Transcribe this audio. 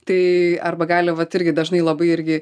tai arba gali vat irgi dažnai labai irgi